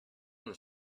one